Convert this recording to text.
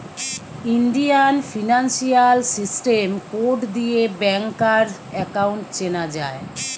Indian financial system code দিয়ে ব্যাংকার account চেনা যায়